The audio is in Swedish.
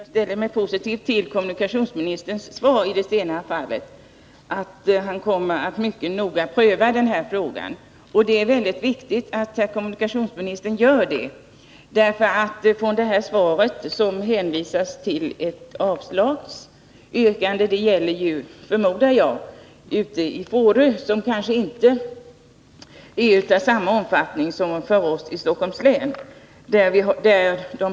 Herr talman! Jag ser det som positivt att kommunikationsministern lovar att noga pröva frågan. Det är mycket viktigt att kommunikationsministern gör det. I svaret hänvisas till att en ansökan om förtur har avslagits. Jag förmodar att det gäller färjeförbindelsen till Fårö, där problemen kanske inte är av samma omfattning som de är hos oss i Stockholms län.